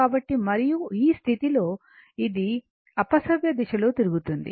కాబట్టి మరియు ఈ స్థితిలో ఇది అపసవ్యదిశ లో తిరుగుతుంది